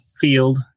field